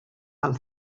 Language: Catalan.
amb